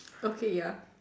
okay ya